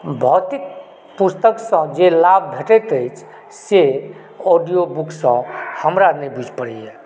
भौतिक पुस्तकसंँ जे लाभ भेटैत अछि से ऑडीओ बुकसंँ हमरा नहि बुझि पड़ैए